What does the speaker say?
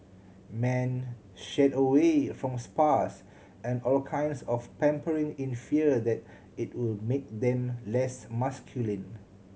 men shied away from spas and all kinds of pampering in fear that it would make them less masculine